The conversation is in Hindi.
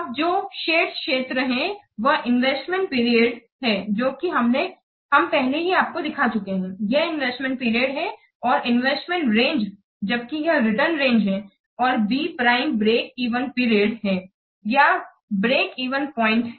अब जो शेडेड क्षेत्र है वह इन्वेस्टमेंट पीरियडहै जो कि हम पहले ही आपको दिखा चुके हैं यह इन्वेस्टमेंट पीरियड है और इन्वेस्टमेंट रेंज जबकि यह रिटर्न रेंज है और B prime break even period है या ब्रेक इवन प्वाइंट